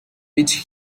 which